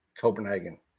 Copenhagen